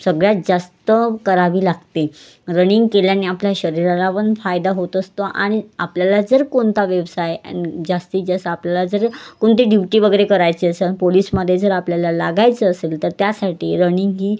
सगळ्यात जास्त करावी लागते रनिंग केल्याने आपल्या शरीराला पण फायदा होत असतो आणि आपल्याला जर कोणता व्यवसाय अँड जास्तीत जास्त आपल्याला जर कोणती ड्यूटी वगैरे करायची असं पोलिसमध्ये जर आपल्याला लागायचं असेल तर त्यासाठी रनिंग ही